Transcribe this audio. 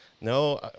no